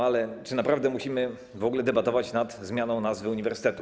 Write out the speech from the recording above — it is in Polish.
Ale czy naprawdę musimy w ogóle debatować nad zmianą nazwy uniwersytetu?